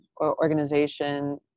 organization